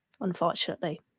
unfortunately